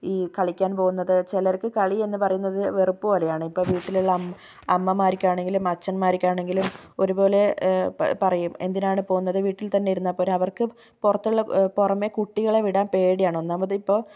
ഈ കളിക്കാൻ പോവുന്നത് ചിലർക്ക് കളി എന്ന് പറയുന്നത് വെറുപ്പ് പോലെയാണ് ഇപ്പോൾ വീട്ടിലുള്ള അമ്മമാർക്കാണെങ്കിലും അഛന്മാർക്കാണെങ്കിലും ഒരുപോലെ പ പറയും എന്തിനാണ് പോവുന്നത് വീട്ടിൽ തന്നെ ഇരുന്നാൽ പോരെ അവർക്ക് പുറത്തുള്ള പുറമേ കുട്ടികളെ വിടാൻ പേടിയാണ് ഒന്നാമതിപ്പോൾ